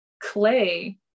clay